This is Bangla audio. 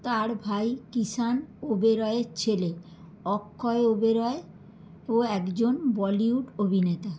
তার ভাই কৃষাণ ওবেরয়ের ছেলে অক্ষয় ওবেরয় ও একজন বলিউড অভিনেতা